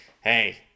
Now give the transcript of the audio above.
Hey